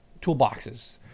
toolboxes